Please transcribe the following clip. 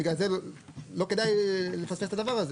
בגלל לא כדאי לא לפספס את הדבר הזה